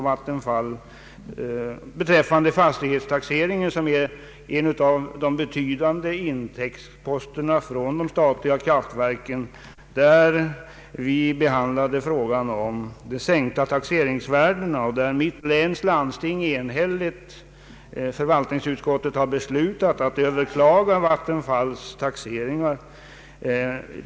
Taxeringsvärdena utgör ju underlag för en av de mera betydande intäktsposterna för kommunerna från kraftverksbeskattning när det gäller de statliga kraftverken. Vi diskuterade då de sänkta taxeringsvärdena. Förvaltningsutskottet i mitt hemläns landsting har enhälligt beslutat att överklaga Vattenfalls fastighetstaxeringar.